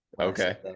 okay